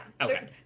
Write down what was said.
Okay